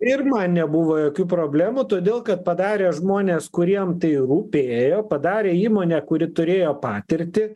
ir man nebuvo jokių problemų todėl kad padarė žmonės kuriem tai rūpėjo padarė įmonė kuri turėjo patirtį